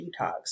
detox